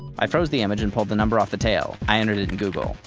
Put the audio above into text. i froze the image and pulled the number off the tail. i entered it in google.